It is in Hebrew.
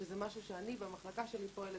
שזה משהו שאני במחלקה שלי פועלת.